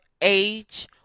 age